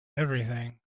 everything